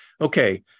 okay